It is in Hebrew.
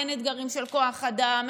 אין אתגרים של כוח אדם,